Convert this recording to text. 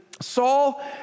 Saul